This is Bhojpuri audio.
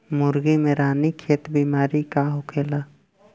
मुर्गी में रानीखेत बिमारी का होखेला?